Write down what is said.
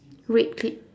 red clip